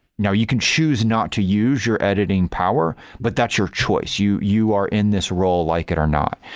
now you can choose not to use your editing power, but that's your choice. you you are in this role, like it or not.